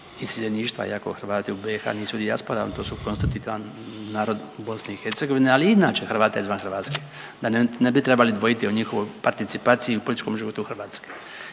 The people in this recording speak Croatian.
iseljeništva iako u Hrvati u BiH nisu dijaspora, ali to su konstitutivan narod u BiH, ali inače Hrvate izvan RH da ne bi trebali dvojiti o njihovoj participaciji u političkom životu Hrvatske